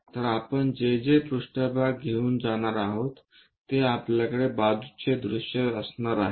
तर आपण जे जे पृष्ठभाग घेऊन जाणार आहोत ते आपल्याकडे बाजूचे दृश्य असणार आहे